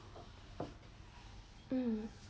um